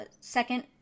Second